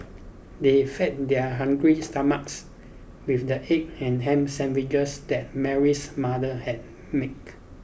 they fed their hungry stomachs with the egg and ham sandwiches that Mary's mother had make